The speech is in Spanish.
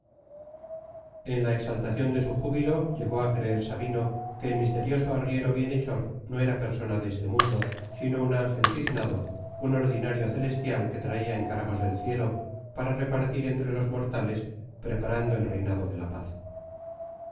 en la exaltación de su júbilo llegó a creer sabino que el misterioso arriero bienhechor no era persona de este mundo sino un ángel tiznado un ordinario celestial que traía encargos del cielo para repartir entre los mortales preparando el reinado de la paz